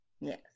Yes